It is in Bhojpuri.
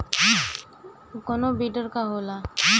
कोनो बिडर का होला?